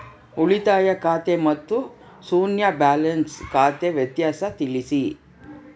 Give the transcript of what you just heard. ಉಳಿತಾಯ ಖಾತೆ ಮತ್ತೆ ಶೂನ್ಯ ಬ್ಯಾಲೆನ್ಸ್ ಖಾತೆ ವ್ಯತ್ಯಾಸ ತಿಳಿಸಿ?